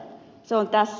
se on tässä